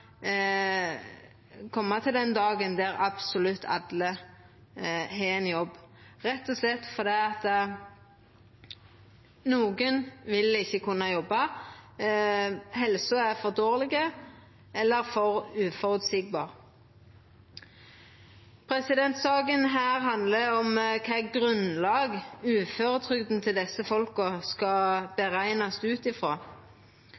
til den dagen då absolutt alle har ein jobb, rett og slett fordi nokon ikkje vil kunna jobba fordi helsa er for dårleg, eller fordi helsa ikkje er føreseieleg. Denne saka handlar om kva grunnlag uføretrygda til desse folka skal